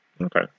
Okay